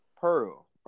Pearl